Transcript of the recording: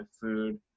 food